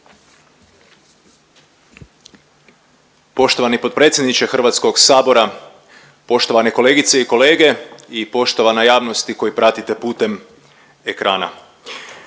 Poštovani potpredsjedniče HS, poštovane kolegice i kolege i poštovana javnosti koji pratite putem ekrana.